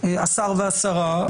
השר והשרה,